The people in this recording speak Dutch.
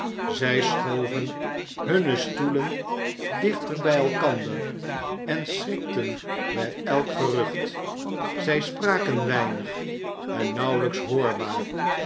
zij schoven hunne stoelen dichter bij elkander en schrikten bij elk gerucht zij spraken weinig en nauwelijks hoorbaar